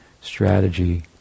strategy